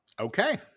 Okay